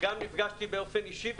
נפגשתי באופן אישי עם נגה,